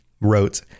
wrote